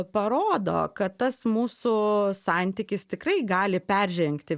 parodo kad tas mūsų santykis tikrai gali peržengti